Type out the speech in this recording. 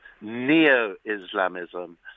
neo-Islamism